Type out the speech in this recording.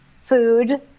food